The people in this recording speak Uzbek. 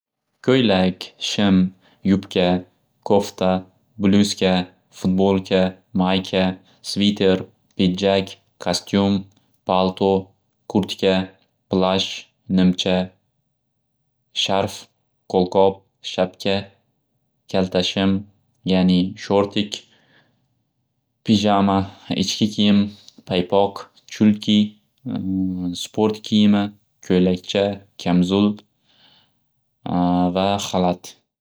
Ko'ylak, shim, yupka, qo'fta, blyuska, futbolka, mayka, sviter, pidjak, kastyum, palto, kurtka, plaj, nimcha, sharf, qo'lqop, shapka, kalta shim yani sho'rtik, pijama, ichki kiyim, paypoq, chulki, sport kiyimi, ko'ylakcha, kamzul va xalat.